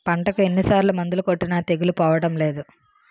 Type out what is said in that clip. పంటకు ఎన్ని సార్లు మందులు కొట్టినా తెగులు పోవడం లేదు